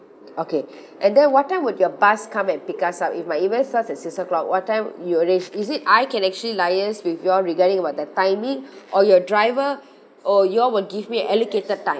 okay and then what time would your bus come and pick us up if my event starts at six o'clock what time you arrange is it I can actually liaise with you all regarding about the timing or your driver or you all will give me allocated time